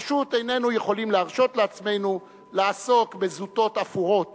פשוט איננו יכולים להרשות לעצמנו לעסוק בזוטות אפורות